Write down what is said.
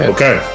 Okay